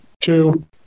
two